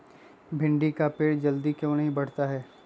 भिंडी का पेड़ जल्दी क्यों नहीं बढ़ता हैं?